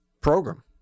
program